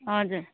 हजुर